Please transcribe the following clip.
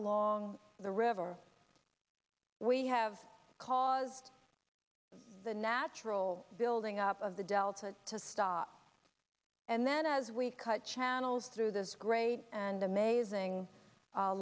along the river we have caused the natural building up of the delta to stop and then as we cut channels through this great and amazing